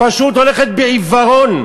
פשוט הולכת בעיוורון.